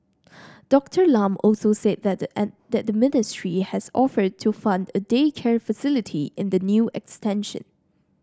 Doctor Lam also said that the ministry has offered to fund a daycare facility in the new extension